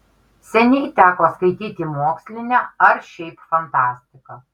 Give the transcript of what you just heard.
seniai teko skaityti mokslinę ar šiaip fantastiką